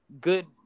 good